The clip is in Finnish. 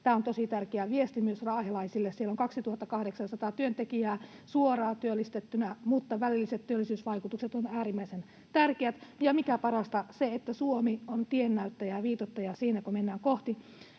Tämä on tosi tärkeä viesti myös raahelaisille. Siellä on 2 800 työntekijää suoraan työllistettynä, mutta välilliset työllisyysvaikutukset ovat äärimmäisen tärkeät. Ja mikä parasta, Suomi on tiennäyttäjä ja viitoittaja siinä, kun mennään kohti